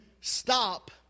stop